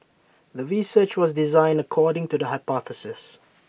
the research was designed according to the hypothesis